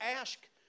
ask